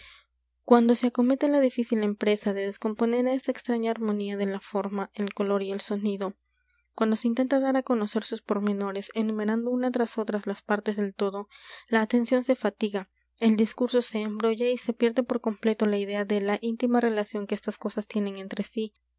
cuando se acomete la difícil empresa de descomponer esa extraña armonía de la forma el color y el sonido cuando se intenta dar á conocer sus pormenores enumerando unas tras otras las partes del todo la atención se fatiga el discurso se embrolla y se pierde por completo la idea de la íntima relación que estas cosas tienen entre sí